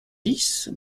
dix